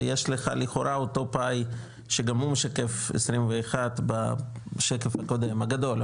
ויש לך לכאורה אותו פאי שגם הוא משקף 2021 בשקף הקודם הגדול,